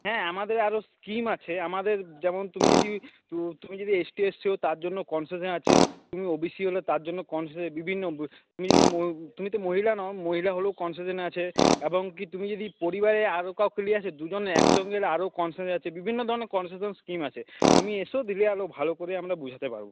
হ্যাঁ আমাদের আরো স্কিম আছে আমাদের যেমন তুমি যদি তুমি যদি এসটি এসসি হও তার জন্য কনসেশান আছে তুমি ওবিসি হলে তার জন্য কনসেশন বিভিন্ন তুমি যদি তুমি তো মহিলা নও মহিলা হলেও কনসেশান আছে এবং কি তুমি যদি পরিবারের আরো কাউকে নিয়ে আসো দুজনে এক সঙ্গে আরো কনসেশন আছে বিভিন্ন ধরনের কনসেশন স্কিম আছে তুমি এসো দিলে আরও ভালো করে আমরা বোঝাতে পারব